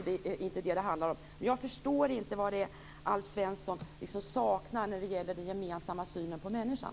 Det är inte detta det handlar om. Jag förstår inte vad det är Alf Svensson saknar när det gäller den gemensamma synen på människan.